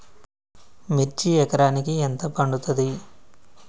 మిర్చి ఎకరానికి ఎంత పండుతది?